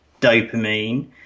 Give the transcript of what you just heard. dopamine